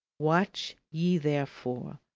watch ye, therefore,